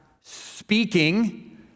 speaking